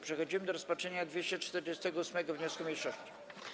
Przechodzimy do rozpatrzenia 248. wniosku mniejszości.